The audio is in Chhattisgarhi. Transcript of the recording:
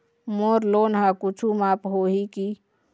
मोर लोन हा कुछू माफ होही की?